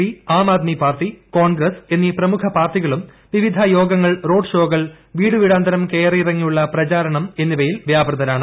P Aam Aadmi party Congress എന്നീ പ്രമുഖ പാർട്ടിക്കുളും വിവിധ യോഗങ്ങൾ റോഡ്ഷോകൾ വീടൂവിട്ട്ടുന്തരം കയറിയിറങ്ങിയുള്ള പ്രചാരണം എന്നിവയിൽ വ്യാപൃത്താണ്